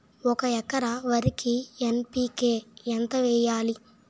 ఒక ఎకర వరికి ఎన్.పి.కే ఎంత వేయాలి?